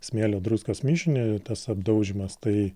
smėlio druskos mišinį tas apdaužymas tai